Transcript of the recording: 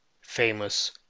famous